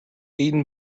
eaten